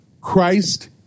Christ